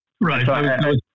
Right